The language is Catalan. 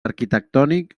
arquitectònic